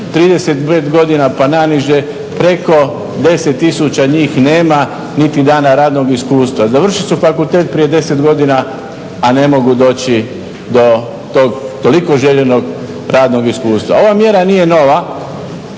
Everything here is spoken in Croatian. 35 godina pa na niže preko 10 tisuća njih niti dana radnog iskustva. Završili su fakultet prije 10 godina, a ne mogu doći do tog toliko željenog radnog iskustva. Ova mjera nije nova,